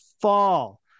fall